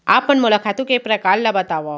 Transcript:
आप मन मोला खातू के प्रकार ल बतावव?